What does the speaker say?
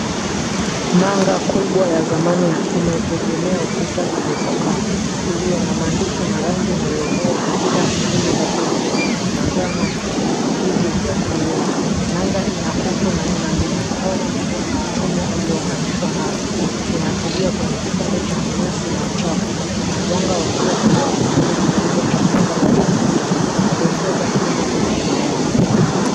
Nanga kubwa ya zamani ya chuma itegemea ukuta iliyochakaa, iliyo na maandishi na rangi inayovua katika vivuli vya beji, manjano na kijivu iliyokolea. Nanga ina kutu na ina mnyororo mnene wa chuma ulioonganishwa nayo. Inatulia kwenye kipande cha nyasi na uchafu na mwanga wa jua hutoa kivuli kikubwa cha nanga kwenye ukuta na kuongeza kina kwenye eneo.